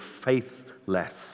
faithless